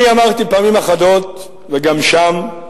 אני אמרתי פעמים אחדות, וגם שם,